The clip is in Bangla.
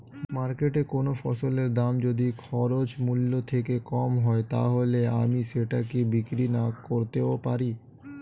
মার্কেটৈ কোন ফসলের দাম যদি খরচ মূল্য থেকে কম হয় তাহলে আমি সেটা কি বিক্রি নাকরতেও পারি?